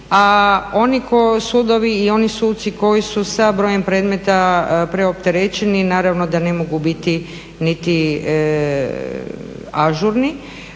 sudovi i oni suci koji su sa brojem predmeta preopterećeni naravno da ne mogu biti niti ažurni